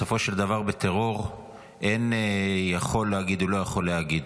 בסופו של דבר בטרור אין יכול להגיד או לא יכול להגיד,